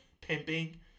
pimping